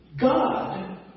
God